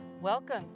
Welcome